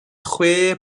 chwe